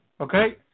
Okay